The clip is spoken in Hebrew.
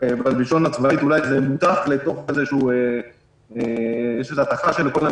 איפה בדיוק ישנם חולים כדי שהוא יידע באיזה שכונות